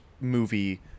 movie